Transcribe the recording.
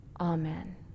amen